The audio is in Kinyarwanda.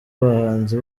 abahanzi